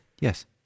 yes